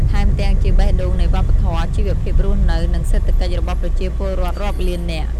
ថែមទាំងជាបេះដូងនៃវប្បធម៌ ជីវភាពរស់នៅ និងសេដ្ឋកិច្ចរបស់ប្រជាពលរដ្ឋរាប់លាននាក់។